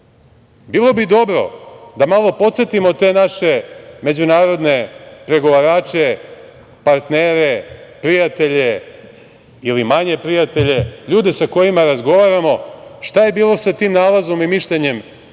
Bilo bi dobro da malo podsetimo te naše međunarodne pregovarače, partnere, prijatelje ili manje prijatelje, ljude sa kojima razgovaramo, šta je bilo sa tim nalazom i mišljenjem